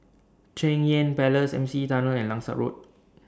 Cheng Yan Palace M C E Tunnel and Langsat Road